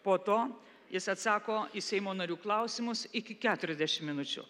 po to jis atsako į seimo narių klausimus iki keturiasdešim minučių